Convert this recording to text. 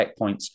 checkpoints